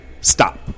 Stop